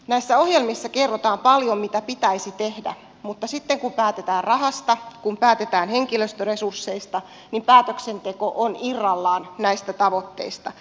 näissä ohjelmissa kerrotaan paljon mitä pitäisi tehdä mutta sitten kun päätetään rahasta kun päätetään henkilöstöresursseista päätöksenteko on irrallaan näistä tavoitteista